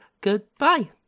Goodbye